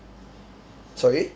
sorry